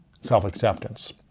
self-acceptance